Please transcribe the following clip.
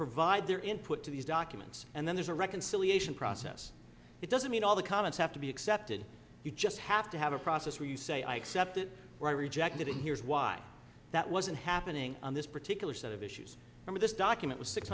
provide their input to these die humans and then there's a reconciliation process it doesn't mean all the comments have to be accepted you just have to have a process where you say i accept it or i reject it here's why that wasn't happening on this particular set of issues for me this document was six